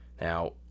Now